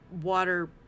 water